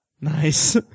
Nice